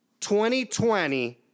2020